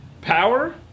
Power